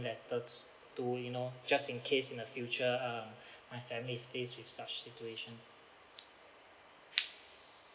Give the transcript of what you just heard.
letters to you know just in case in the future um my family is faced with such situation